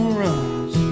runs